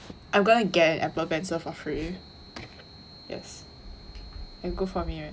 I'm gonna get an Apple pencil for free yes and good for me